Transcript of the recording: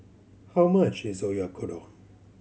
how much is Oyakodon